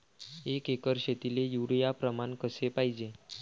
एक एकर शेतीले युरिया प्रमान कसे पाहिजे?